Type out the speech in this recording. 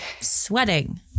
sweating